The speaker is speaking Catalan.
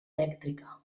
elèctrica